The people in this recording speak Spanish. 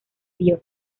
vio